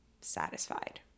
satisfied